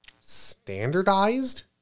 standardized